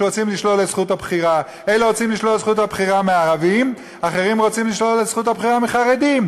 שרוצים לשלול את זכות הבחירה: אלה רוצים לשלול את זכות הבחירה מערבים,